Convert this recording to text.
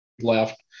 left